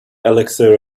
elixir